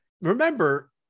Remember